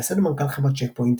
מייסד ומנכ"ל חברת צ'ק פוינט,